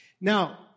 Now